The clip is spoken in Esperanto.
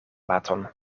baton